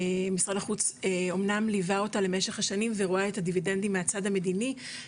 משרד החוץ אמנם ליווה אותה למשך השנים ורואה את הדיבידנדים מהצד המדינה,